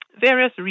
various